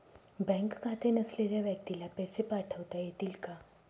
Bank खाते नसलेल्या व्यक्तीला पैसे पाठवता येतील का?